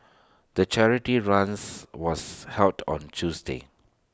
the charity runs was held on Tuesday